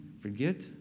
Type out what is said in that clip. forget